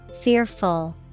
Fearful